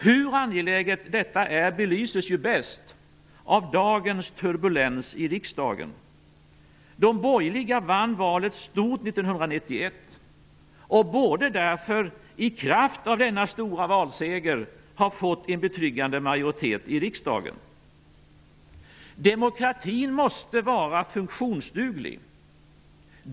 Hur angeläget detta är belyses ju bäst av dagens turbulens i riksdagen. De borgerliga vann valet stort 1991 och borde i kraft av denna stora valseger ha fått en betryggande majoritet i riksdagen. Demokratin måste vara funktionsduglig.